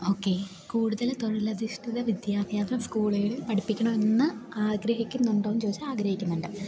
okay കൂടുതൽ തൊഴിലധഷ്ഠിത വിദ്യാഭ്യാസം സ്കൂളുകളിൽ പഠിപ്പിക്കണം എന്ന് ആഗ്രഹിക്കുന്നുണ്ടോയെന്നു ചോദിച്ചാൽ ആഗ്രഹിക്കുന്നുണ്ട്